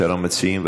שאר המציעים?